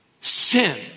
sin